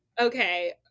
okay